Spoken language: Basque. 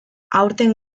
aurten